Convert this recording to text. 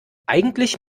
eigentlich